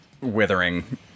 withering